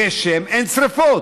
גשם, אין שרפות.